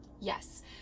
Yes